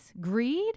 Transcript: greed